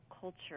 culture